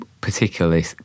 particularly